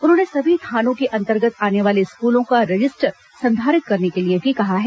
उन्होंने सभी थानों के अंतर्गत आने वाले स्कूलों का रजिस्टर संधारित करने को भी कहा है